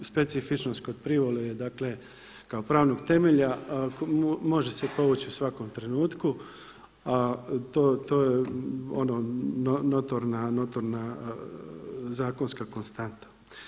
Specifičnost kod privole je dakle kao pravnog temelja, može se povući u svakom trenutku a to je ono notorna zakonska konstanta.